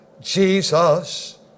Jesus